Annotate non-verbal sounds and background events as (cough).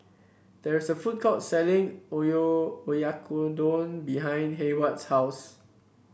there is a food court selling (unintelligible) Oyakodon behind Heyward's house